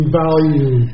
value